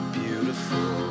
beautiful